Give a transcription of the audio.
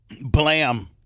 Blam